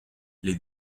les